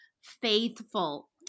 faithful